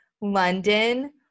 London